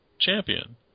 champion